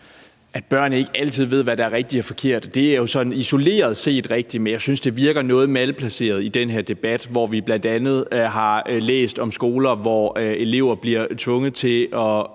at børn ikke altid ved, hvad der er rigtigt og forkert. Det er jo sådan isoleret set rigtigt, men jeg synes, det virker noget malplaceret i den her debat, hvor vi bl.a. har læst om skoler, hvor elever bliver tvunget til at